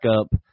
up